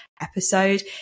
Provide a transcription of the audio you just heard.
episode